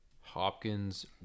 Hopkins